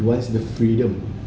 he wants the freedom